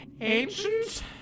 ancient